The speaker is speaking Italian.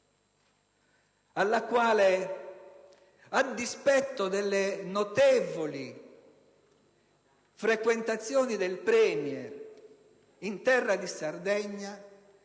alla quale, a dispetto delle notevoli frequentazioni del Premier in terra di Sardegna,